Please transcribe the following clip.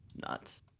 nuts